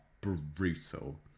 brutal